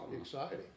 exciting